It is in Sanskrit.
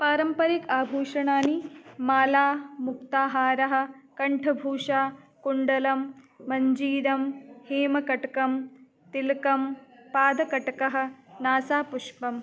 पारम्परिक आभूषणानि माला मुक्ताहारः कण्ठभूषा कुण्डलं मञ्जीरं हेमकटकं तिल्कं पादकटकः नासा पुष्पम्